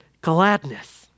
gladness